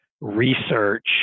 research